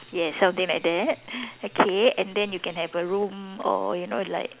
yes something like that okay and then you can have a room or you know like